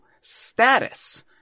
status